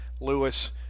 Lewis